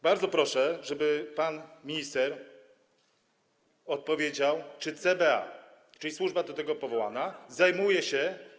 Bardzo proszę, żeby pan minister odpowiedział, czy CBA, czyli służba do tego powołana, zajmuje się.